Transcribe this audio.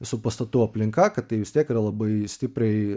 visų pastatų aplinka kad tai vis tiek yra labai stipriai